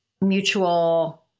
mutual